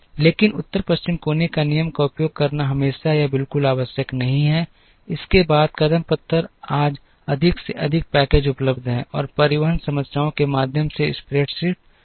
लेकिन उत्तर पश्चिम कोने के नियम का उपयोग करना हमेशा या बिल्कुल आवश्यक नहीं है इसके बाद कदम पत्थर आज अधिक से अधिक पैकेज उपलब्ध हैं और परिवहन समस्याओं के माध्यम से स्प्रेडशीट समाधान उपलब्ध हैं